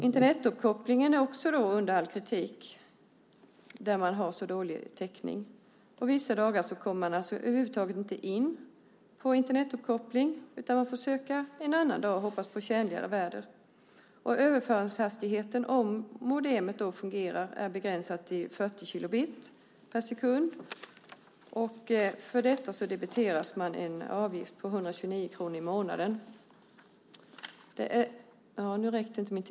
Internetuppkopplingen är också under all kritik när man har så dålig täckning. Vissa dagar kommer man över huvud taget inte in på Internetuppkopplingen. Man får försöka en annan dag och hoppas på tjänligare väder. Överföringshastigheten är, om modemet fungerar, begränsat till 40 kilobit per sekund. För detta debiteras man en avgift på 129 kr i månaden.